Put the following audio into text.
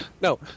no